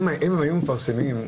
אם היו מפרסמים,